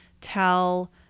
tell